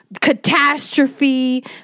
catastrophe